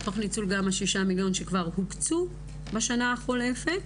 תוך ניצול גם 6 המיליונים שכבר הוקצו בשנה החולפת,